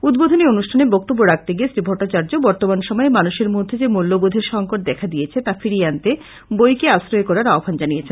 উদ্বোধনী অনুষ্ঠানে বক্তব্য রাখতে গিয়ে শ্রী ভট্টাচার্য্য বর্তমান সময়ে মানুষের মধ্যে যে মূল্যবোধের সংকট দেখা দিয়েছে তা ফিরিয়ে আনতে বইকে আশ্রয় করার আহ্বান জানিয়েছেন